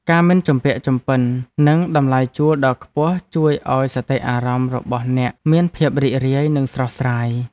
ការមិនជំពាក់ជំពិននឹងតម្លៃជួលដ៏ខ្ពស់ជួយឱ្យសតិអារម្មណ៍របស់អ្នកមានភាពរីករាយនិងស្រស់ស្រាយ។